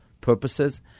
purposes